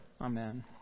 Amen